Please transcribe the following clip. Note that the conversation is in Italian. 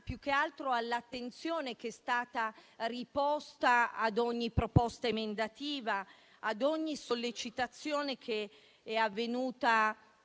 più che altro all'attenzione che è stata riposta su ogni proposta emendativa e ogni sollecitazione che è venuta